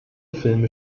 filme